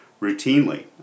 routinely